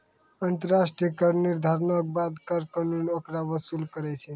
अन्तर्राष्ट्रिय कर निर्धारणो के बाद कर कानून ओकरा वसूल करै छै